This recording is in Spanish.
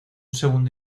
segundo